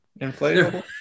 inflatable